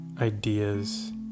ideas